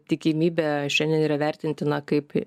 tikimybę šiandien yra vertintina kaip